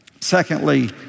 Secondly